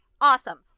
awesome